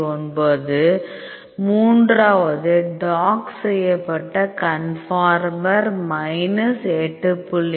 9 மூன்றாவது டாக் செய்யப்பட்ட conformer minus 8